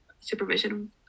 supervision